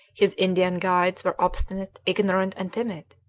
his indian guides were obstinate, ignorant, and timid.